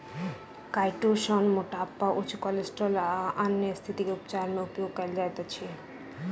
chitosan मोटापा उच्च cholesterol आ अन्य स्तिथि के उपचार मे उपयोग कायल जाइत अछि